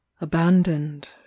abandoned